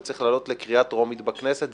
זה צריך לעלות לקריאה טרומית בכנסת.